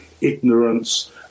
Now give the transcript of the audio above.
ignorance